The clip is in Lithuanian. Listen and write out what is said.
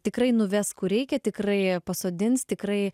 tikrai nuves kur reikia tikrai pasodins tikrai